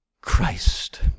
Christ